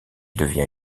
devint